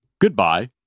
goodbye